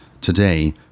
today